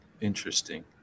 interesting